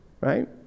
Right